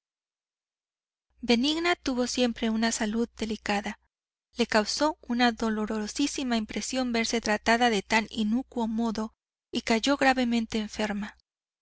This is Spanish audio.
benigna tuvo siempre una salud delicada le causó una dolorosísima impresión verse tratada de tan inicuo modo y cayó gravemente enferma